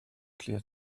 clear